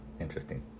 Interesting